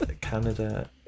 Canada